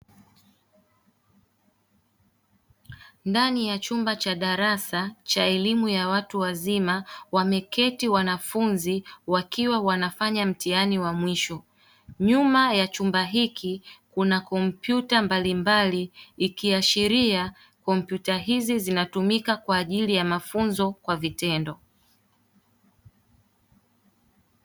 Ndani ya chumba cha darasa cha elimu ya watu wazima wameketi wanafunzi wakiwa wanafanya mtihani wa mwisho, nyuma ya chumba hiki kuna kompyuta mbalimbali, ikiashiria kompyuta hizi zinatumika kwa ajili ya mafunzo kwa vitendo.